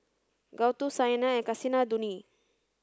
Gouthu Saina and Kasinadhuni